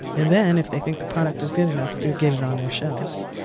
and then, if they think the product is good enough, to get it on their shelves.